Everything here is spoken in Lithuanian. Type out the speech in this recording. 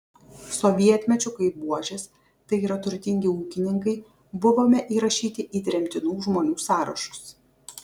sovietmečiu kaip buožės tai yra turtingi ūkininkai buvome įrašyti į tremtinų žmonių sąrašus